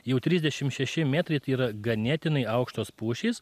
jau trisdešim šeši metrai tai yra ganėtinai aukštos pušys